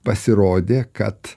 pasirodė kad